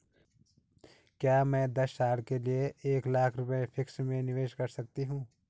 क्या मैं दस साल के लिए एक लाख रुपये फिक्स में निवेश कर सकती हूँ?